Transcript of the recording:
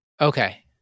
Okay